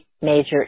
major